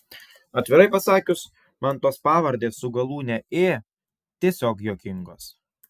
atvirai pasakius man tos pavardės su galūne ė tiesiog juokingos